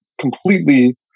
completely